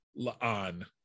La'an